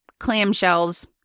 clamshells